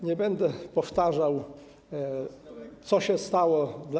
Nie będę powtarzał, co się stało.